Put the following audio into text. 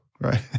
right